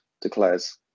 declares